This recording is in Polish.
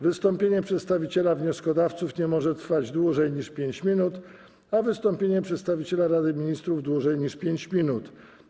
Wystąpienie przedstawiciela wnioskodawców nie może trwać dłużej niż 5 minut, a wystąpienie przedstawiciela Rady Ministrów - dłużej niż 5 minut.